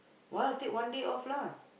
!walao! take one day off lah